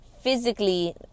physically